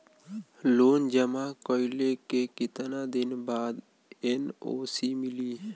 Loan जमा कइले के कितना दिन बाद एन.ओ.सी मिली?